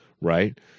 right